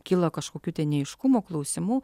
kyla kažkokių neaiškumų klausimų